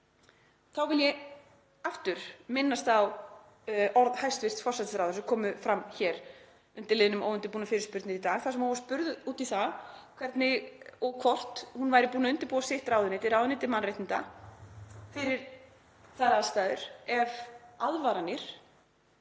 Þá vil ég aftur minnast á orð hæstv. forsætisráðherra sem komu fram hér undir liðnum óundirbúnum fyrirspurnum í dag þar sem hún var spurð út í það hvernig og hvort hún væri búin að undirbúa sitt ráðuneyti mannréttinda fyrir þær aðstæður ef aðvaranir